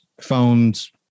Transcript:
phones